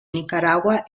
nicaragua